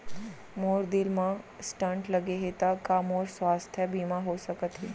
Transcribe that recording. मोर दिल मा स्टन्ट लगे हे ता का मोर स्वास्थ बीमा हो सकत हे?